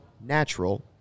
natural